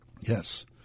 Yes